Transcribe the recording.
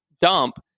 dump